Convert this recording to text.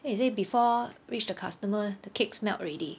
then he say before reach the customer the cakes melt already